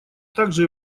также